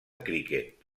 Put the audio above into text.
criquet